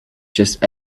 just